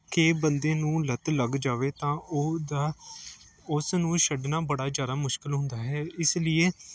ਕਿ ਬੰਦੇ ਨੂੰ ਲੱਤ ਲੱਗ ਜਾਵੇ ਤਾਂ ਉਹ ਦਾ ਉਸ ਨੂੰ ਛੱਡਣਾ ਬੜਾ ਜ਼ਿਆਦਾ ਮੁਸ਼ਕਿਲ ਹੁੰਦਾ ਹੈ ਇਸ ਲੀਏ